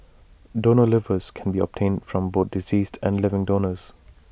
donor livers can be obtained from both deceased and living donors